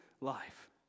life